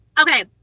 okay